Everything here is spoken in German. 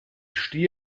stehe